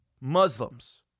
Muslims